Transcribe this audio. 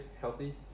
healthy